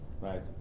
Right